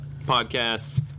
podcast